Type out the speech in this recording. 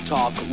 Talk